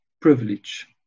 privilege